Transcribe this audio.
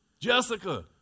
Jessica